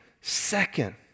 second